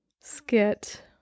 skit